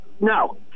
No